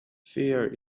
fear